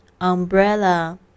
Umbrella